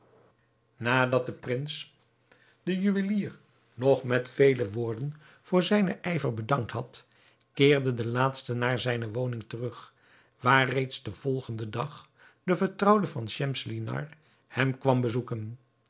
nadat de prins den juwelier nog met vele woorden voor zijnen ijver bedankt had keerde de laatste naar zijne woning terug waar reeds den volgenden dag de vertrouwde van schemselnihar hem kwam bezoeken